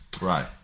Right